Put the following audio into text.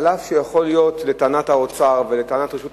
אף שיכול להיות, לטענת האוצר ולטענת רשות המים,